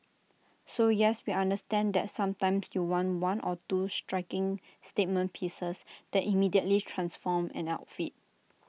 so yes we understand that sometimes you want one or two striking statement pieces that immediately transform an outfit